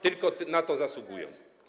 Tylko na to zasługują.